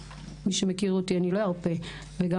מי שמכיר אותי, אני לא ארפה, וגם